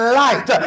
light